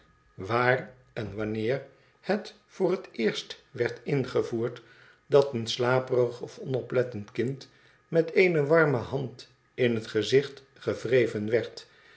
waar en wanneer het voor het eerst werd ingevoerd dat een slaperig of onoplettend kind met eene warme hand in het gezicht gewreven werd